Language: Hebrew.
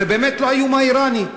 זה באמת לא האיום האיראני.